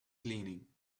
cleaning